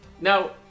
Now